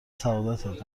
سعادتت